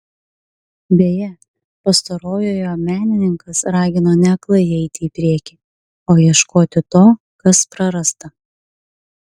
beje pastarojoje menininkas ragino ne aklai eiti į priekį o ieškoti to kas prarasta